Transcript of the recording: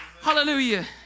Hallelujah